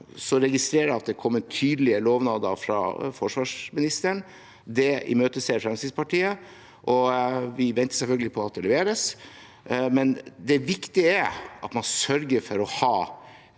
Jeg registrerer at det er kommet tydelige lovnader fra forsvarsministeren. Det imøteser Fremskrittspartiet, og vi venter selvfølgelig på at det leveres. Det viktige er at man sørger for å ha